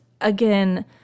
again